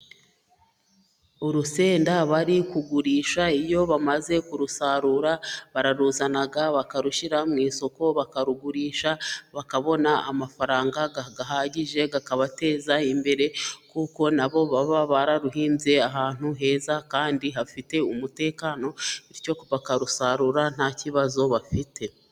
Urusenda bari kugurisha, iyo bamaze kurusarura bararuzana bakarushyira mu isoko bakarugurisha bakabona amafaranga ahagije akabateza imbere, kuko nabo baba bararuhinze ahantu heza kandi hafite umutekano, bityo bakarusarura nta kibazo bafite.